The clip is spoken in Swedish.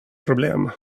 problem